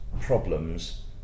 problems